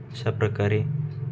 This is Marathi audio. अशाप्रकारे